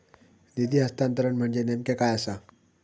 निधी हस्तांतरण म्हणजे नेमक्या काय आसा?